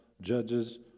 judges